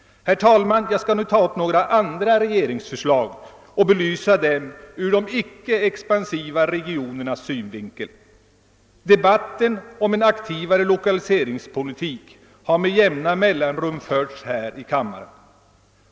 Herr talman! Jag skall nu ta upp några andra regeringsförslag och belysa dem ur de icke expansiva regionernas synvinkel. Debatten om en aktivare lokaliseringspolitik har med jämna mellanrum förts här i kammaren.